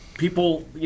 People